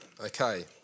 Okay